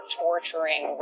torturing